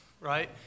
right